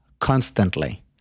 constantly